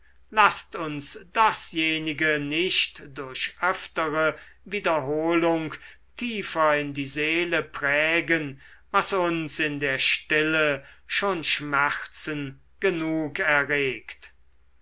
laßt uns dasjenige nicht durch öftere wiederholung tiefer in die seele prägen was uns in der stille schon schmerzen genug erregt